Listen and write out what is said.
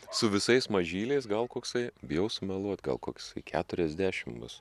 su visais mažyliais gal koksai bijau sumeluot gal koksai keturiasdešim bus